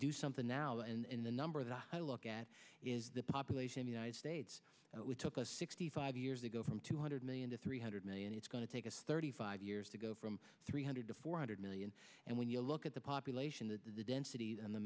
do something now and the number that i look at is the population in united states that we took us sixty five years ago from two hundred million to three hundred million it's going to take a sturdy five years to go from three hundred to four hundred million and when you look at the population the density and the